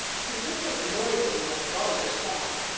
he whistled noisily a vulgar song,